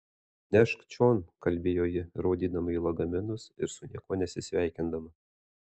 nešk čion kalbėjo ji rodydama į lagaminus ir su niekuo nesisveikindama